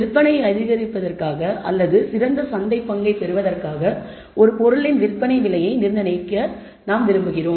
விற்பனையை அதிகரிப்பதற்காக அல்லது சிறந்த சந்தைப் பங்கைப் பெறுவதற்காக ஒரு பொருளின் விற்பனை விலையை நிர்ணயிக்க விரும்புகிறோம்